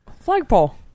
Flagpole